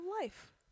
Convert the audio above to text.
life